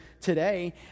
today